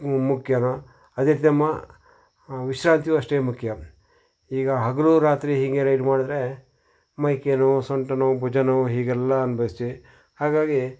ಮುಖ್ಯನೋ ಅದೇ ರೀತಿ ಮ ವಿಶ್ರಾಂತಿಯು ಅಷ್ಟೇ ಮುಖ್ಯ ಈಗ ಹಗಲೂ ರಾತ್ರಿ ಹೀಗೆ ರೈಡ್ ಮಾಡಿದ್ರೆ ಮೈ ಕೈ ನೋವು ಸೊಂಟ ನೋವು ಭುಜ ನೋವು ಹೀಗೆಲ್ಲ ಅನುಭವಿಸ್ತೀವಿ ಹಾಗಾಗಿ